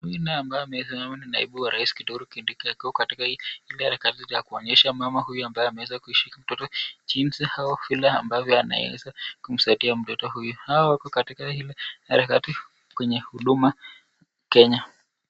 Mwingine ambaye amesimama ni naibu wa rais Kithure Kindiki akiwa katika ile harakati ya kuonyesha mama huyu ambaye ameweza kushika mtoto jinsi hao vile ambavyo anaweza kumsaidia mtoto huyu. Hao wako katika ile harakati kwenye huduma Kenya.